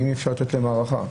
האם אפשר לתת להם הארכה?